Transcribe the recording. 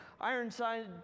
Ironside